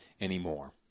anymore